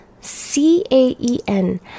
C-A-E-N